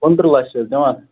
کُنتَرٕہ لچھ حظ دِوان